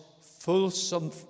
fulsome